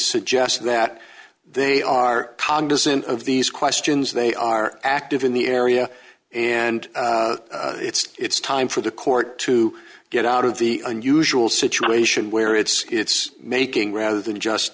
suggest that they are congress in of these questions they are active in the area and it's it's time for the court to get out of the unusual situation where it's it's making rather than just